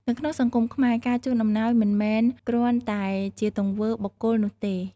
នៅក្នុងសង្គមខ្មែរ ការជូនអំណោយមិនមែនគ្រាន់តែជាទង្វើបុគ្គលនោះទេ។